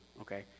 okay